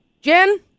Jen